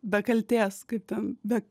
be kaltės kaip ten be